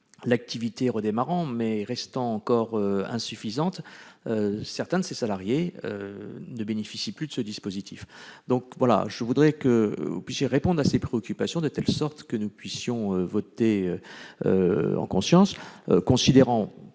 l'activité redémarre mais reste encore insuffisante, d'autres salariés ne bénéficient plus de ce dispositif. Je voudrais que vous répondiez à ces préoccupations de telle sorte que nous puissions voter en conscience, considérant